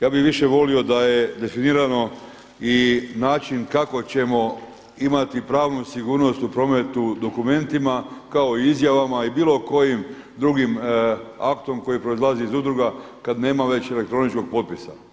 Ja bih više volio da je definirano i način kako ćemo imati pravnu sigurnost u prometu dokumentima kao i izjavama i bilo kojim drugim aktom koji proizlazi iz udruga, kad nema već elektroničkog potpisa.